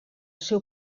seu